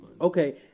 Okay